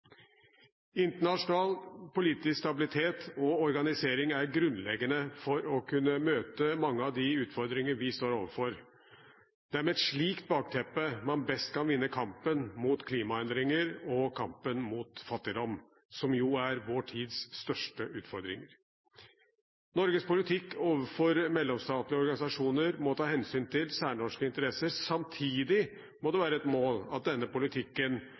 Internasjonal politisk stabilitet og organisering er grunnleggende for å kunne møte mange av de utfordringene vi står overfor. Det er med et slikt bakteppe man best kan vinne kampen mot klimaendringer og kampen mot fattigdom, som jo er vår tids største utfordringer. Norges politikk overfor mellomstatlige organisasjoner må ta hensyn til særnorske interesser, samtidig som det må være et mål at denne politikken